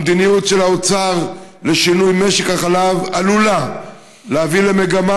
המדיניות של האוצר לשינוי משק החלב עלולה להביא למגמה,